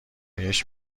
بهش